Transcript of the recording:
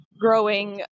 growing